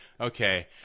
okay